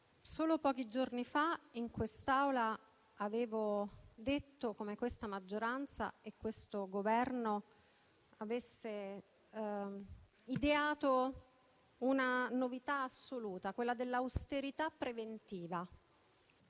Solo pochi giorni fa in quest'Aula avevo detto come questa maggioranza e questo Governo avesse ideato una novità assoluta, quella dell'austerità preventiva.